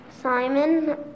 simon